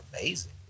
amazing